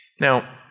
Now